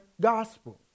gospel